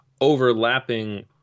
overlapping